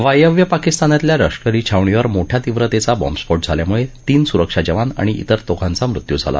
वायव्य पाकिस्तानातल्या लष्करी छावणीवर मोठया तीव्रतेचा बॉम्बस्फोट झाल्यामुळे तीन सुरक्षा जवान आणि इतर दोघांचा मृत्यू झाला